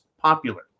popular